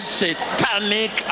satanic